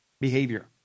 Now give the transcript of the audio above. behavior